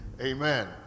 Amen